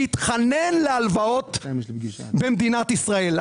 להתחנן להלוואות במדינת ישראל.